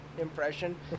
impression